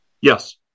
Yes